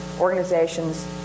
organizations